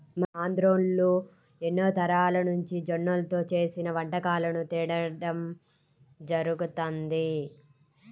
మన ఆంధ్రోల్లు ఎన్నో తరాలనుంచి జొన్నల్తో చేసిన వంటకాలను తినడం జరుగతంది